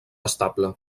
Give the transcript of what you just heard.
estable